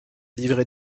livré